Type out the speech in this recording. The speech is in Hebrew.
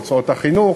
הוצאות החינוך,